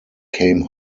came